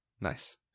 Nice